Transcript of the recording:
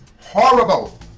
horrible